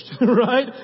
right